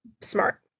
Smart